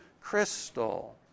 crystal